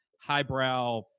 highbrow